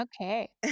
Okay